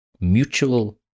mutual